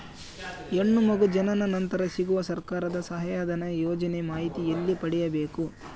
ಹೆಣ್ಣು ಮಗು ಜನನ ನಂತರ ಸಿಗುವ ಸರ್ಕಾರದ ಸಹಾಯಧನ ಯೋಜನೆ ಮಾಹಿತಿ ಎಲ್ಲಿ ಪಡೆಯಬೇಕು?